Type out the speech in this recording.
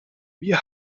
wir